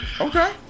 Okay